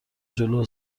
جلو